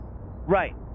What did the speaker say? Right